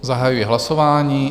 Zahajuji hlasování.